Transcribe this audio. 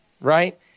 Right